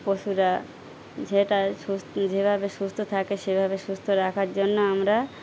পশুরা যেটা সুস যেভাবে সুস্থ থাকে সেভাবে সুস্থ রাখার জন্য আমরা